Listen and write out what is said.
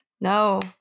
no